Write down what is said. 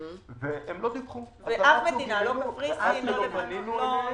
והם לא דיווחו עד שלא פנינו אליהם.